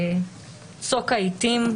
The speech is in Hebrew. צוק העיתים,